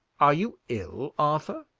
are you ill, arthur?